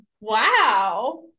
Wow